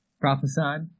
prophesied